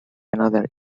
another